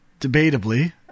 debatably